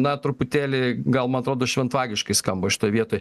na truputėlį gal man atrodo šventvagiškai skamba šitoj vietoj